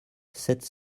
sept